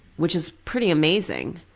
which is pretty amazing.